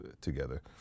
together